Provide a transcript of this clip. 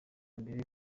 mbere